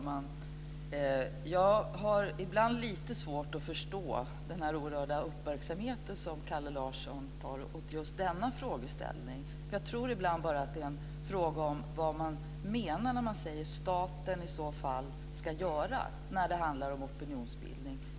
Herr talman! Jag har ibland lite svårt att förstå den oerhörda uppmärksamhet som Kalle Larsson riktar mot just denna frågeställning. Jag tror ibland att det bara är en fråga om vad man menar att staten i så fall ska göra när det handlar om opinionsbildning.